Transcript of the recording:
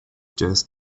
just